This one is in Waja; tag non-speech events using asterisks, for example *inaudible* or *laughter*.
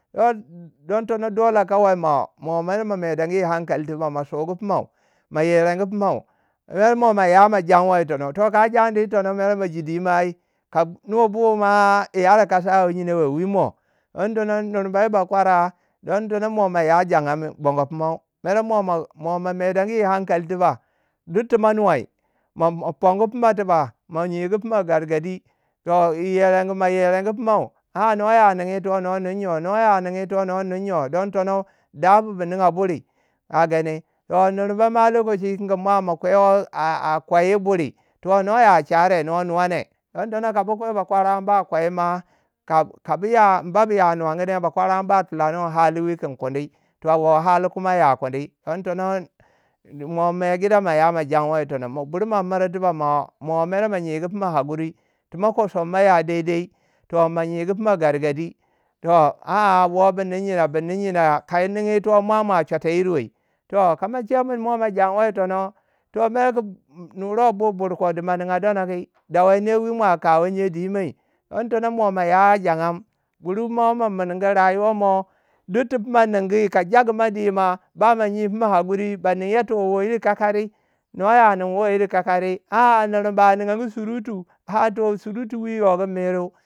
Don tono dole kawai mo mer ma *unintelligible* ma sugu finan ma yerengu fina mer mo ma ya ma janwa yi tono. Toh ka mu jundi yi tono mer ma ji dwei mai ai ka nu buma yi ara kasawei nyino wei? we moi digin tono nurba yiba kwara digin tono mo ma yu jagon bonyo pumau mo *unintelligible* ma fangu fina tiba ma nyegu fina gargadi *unintelligible* no ya nin yito no nin nju- no ya nin yito. no nin nju don tono dabu ba bi ningy buri kagani. Toh nurba mwa lokaci *unintelligible* ka ba kwai bakwara ba kwai ma. ka- ka buya ba bu ya mwangune bkwara tilabirwai hali wu ya kundi. Toh wo hali ye ya kundi don tono *unintelligible* bur ma miri tiba mo mere mo nyigu pima hakuri. Tu mo ko somma ya daidai. toh ma nyigu pima gargadi toh wo a- a wo ba nin nyena bu nin nyena. ka yi nin iti ko nin yito mwamura chuuta yir we. Toh kama che mi mo ma janwa yitono toh mer nuruwai bu buri ko dima ninga donoki *unintelligible* don tono mo ma ya jangam. buri mo ma ningu rayuwa mo duk to pima nini yika jaku mo dima. ba ma nyi pima hakuri. ba ningya tu wo iri kakari. no ya nin woyiri kikari. a- a nurba ningau surutu ha toh surutu wi yogu miruwie.